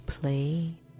play